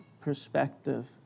perspective